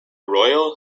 royal